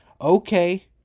okay